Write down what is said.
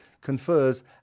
confers